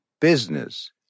business